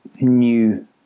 new